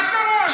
מה קרה?